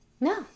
No